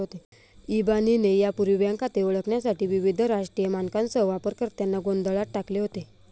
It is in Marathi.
इबानीने यापूर्वी बँक खाते ओळखण्यासाठी विविध राष्ट्रीय मानकांसह वापरकर्त्यांना गोंधळात टाकले होते